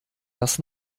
das